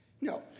No